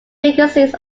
vacancies